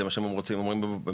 זה מה שהם אומרים בגלוי.